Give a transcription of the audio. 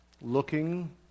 looking